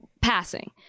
passing